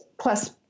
plus